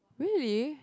really